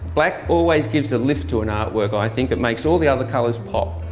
black always gives a lift to an art work i think. it makes all the other colors pop.